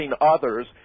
others